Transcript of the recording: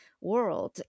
world